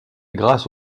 grâce